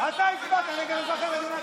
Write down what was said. מספיקה אחת.